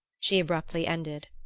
she abruptly ended.